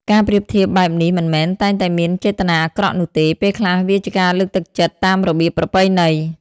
ការប្រៀបធៀបបែបនេះមិនមែនតែងតែមានចេតនាអាក្រក់នោះទេ ពេលខ្លះវាជាការលើកទឹកចិត្តតាមរបៀបប្រពៃណី។